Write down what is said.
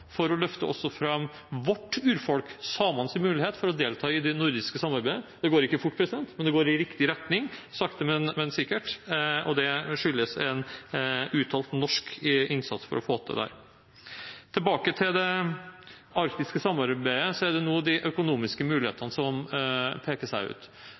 for å løfte fram også vårt urfolks, samenes, mulighet til å delta i det nordiske samarbeidet. Det går ikke fort, men det går i riktig retning, sakte, men sikkert, og det skyldes en uttalt norsk innsats for å få til dette. Tilbake til det arktiske samarbeidet: Det er nå de økonomiske mulighetene som peker seg ut.